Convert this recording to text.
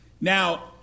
Now